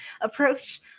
approach